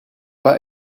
pas